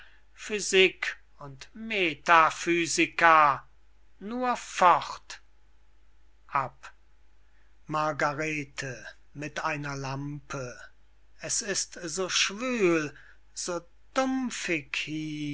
physik und metaphysika nur fort ab margarete mit einer lampe es ist so schwül so dumpfig